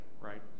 right